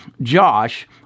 Josh